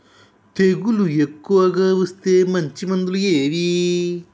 తెగులు ఎక్కువగా వస్తే మంచి మందులు ఏవి?